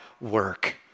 work